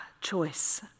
choice